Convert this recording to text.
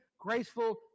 Graceful